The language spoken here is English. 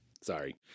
Sorry